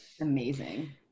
Amazing